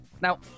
Now